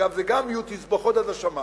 אגב, גם יהיו תסבוכות עד השמים.